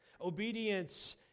Obedience